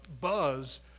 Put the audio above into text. buzz